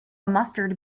mustard